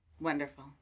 wonderful